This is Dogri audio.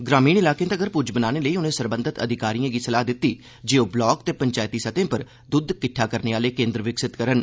ग्रामीण इलाकें तगर पुज्ज बनाने लेई उनें सरबंघत अधिकारिएं गी सलाह् दित्ती जे ओह् ब्लाक ते पंचैती सतह उप्पर दुद्ध किट्डा करने आह्ले केन्द्र विकसित करन